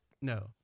No